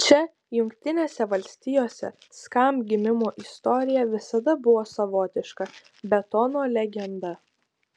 čia jungtinėse valstijose skamp gimimo istorija visada buvo savotiška betono legenda